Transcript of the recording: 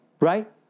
right